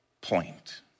point